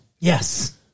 Yes